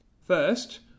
First